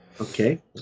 okay